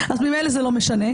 אז ממילא זה לא משנה.